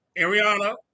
Ariana